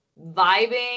vibing